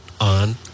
on